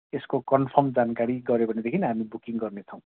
यसको कन्फर्म जानकारी गऱ्यो भनेदेखि हामी बुकिङ गर्नेछौँ